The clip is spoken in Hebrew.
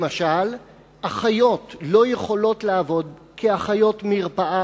למשל אחיות לא יכולות לעבוד כאחיות מרפאה